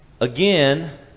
Again